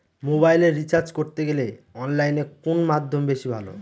মোবাইলের রিচার্জ করতে গেলে অনলাইনে কোন মাধ্যম বেশি ভালো?